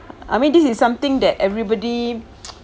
I mean this is something that everybody